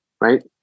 Right